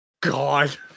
god